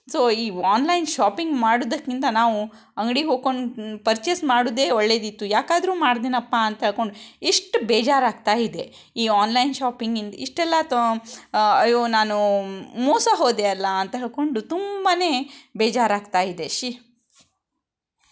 so ಈ online shopping ಮಾಡೋದಕ್ಕಿಂತ ನಾವು ಅಂಗಡಿಗೆ ಹೋಗ್ಕೊಂಡು ಪರ್ಚೇಸ್ ಮಾಡೊದೇ ಒಳ್ಳೆಯದಿತ್ತು ಯಾಕಾದ್ರೂ ಮಾಡಿದ್ನಪ್ಪ ಅಂಥೇಳ್ಕೊಂಡು ಇಷ್ಟು ಬೇಜಾರಾಗ್ತಾಯಿದೆ ಈ ಆನ್ಲೈನ್ ಶಾಪಿಂಗಿಂದ ಇಷ್ಟೆಲ್ಲ ತೊ ಅಯ್ಯೋ ನಾನು ಮೋಸ ಹೋದೆ ಅಲ್ಲಾಅಂತ ಹೇಳ್ಕೊಂಡು ತುಂಬನೇ ಬೇಜಾರಾಗ್ತಾಯಿದೆ ಶಿ